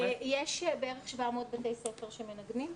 יש בערך 700 בתי ספר מנגנים,